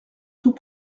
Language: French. tout